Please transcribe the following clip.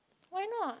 why not